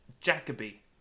Jacoby